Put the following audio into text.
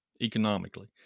economically